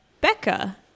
Becca